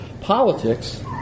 politics